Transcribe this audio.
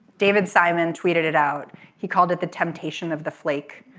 david simon tweeted it out he called it the temptation of the flake